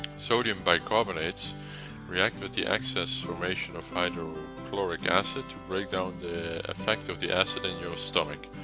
sodium bicarbonates react with the access formation of hydrochloric acid to break down the effect of the acid in your stomach.